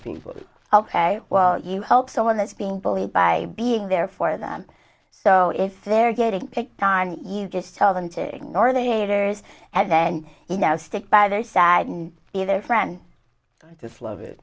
seems well you help someone is being bullied by being there for them so if they're getting picked on you just tell them to ignore the haters and then you know stick by their side and be their friend just love it